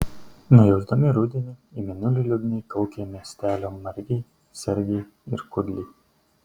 nujausdami rudenį į mėnulį liūdnai kaukė miestelio margiai sargiai ir kudliai